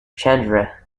chandra